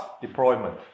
deployment